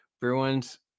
Bruins